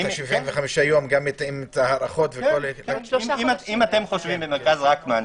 אם אתם חושבים במרכז רקמן,